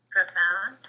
Profound